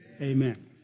Amen